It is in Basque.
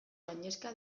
gainezka